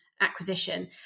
acquisition